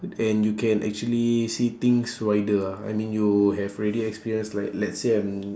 and you can actually see things wider ah I mean you have already experienced like let's say I'm